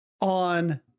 on